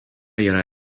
yra